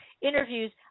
interviews